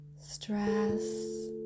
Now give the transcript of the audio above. stress